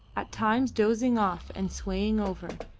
at times dozing off and swaying over,